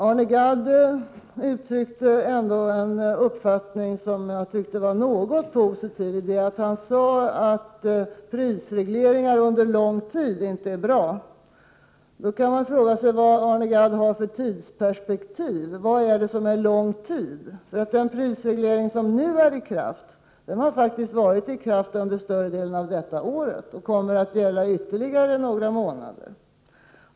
Arne Gadd uttryckte ändå en uppfattning som var något positiv i det att han sade att prisregleringar under lång tid inte är bra. Då kan man fråga vad Arne Gadd har för tidsperspektiv. Vad är lång tid? Den prisreglering som nu är i kraft har faktiskt varit i kraft under större delen av detta år och kommer att gälla ytterligare några månader.